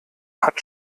hat